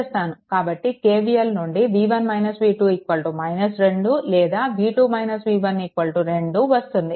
కాబట్టి KVL నుండి v1 v2 2 or v2 v1 2 వస్తుంది